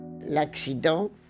L'accident